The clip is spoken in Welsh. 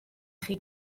chi